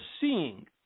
seeing